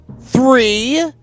three